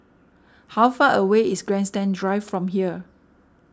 how far away is Grandstand Drive from here